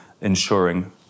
ensuring